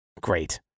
great